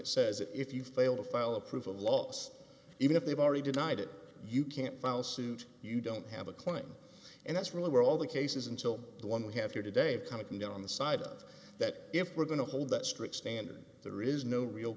it says that if you fail to file a proof of loss even if they've already denied it you can't file suit you don't have a claim and that's really where all the cases until the one we have here today coming from down on the side of that if we're going to hold that strict standard there is no real